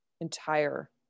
entire